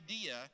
idea